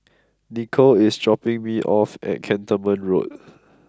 Nikko is dropping me off at Cantonment Road